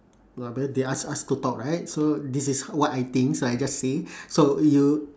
proba~ they ask us to talk right so this is what I think so I just say so you